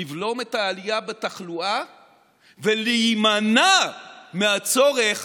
לבלום את העלייה בתחלואה ולהימנע מהצורך